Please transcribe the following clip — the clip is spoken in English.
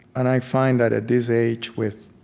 and i find that at this age, with